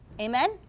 Amen